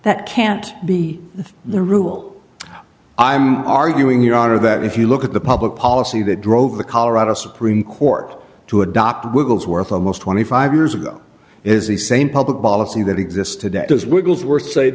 that can't be the rule i'm arguing your honor that if you look at the public policy that drove the colorado supreme court to adopt wigglesworth almost twenty five years ago is the same public policy that exists today does wigglesworth say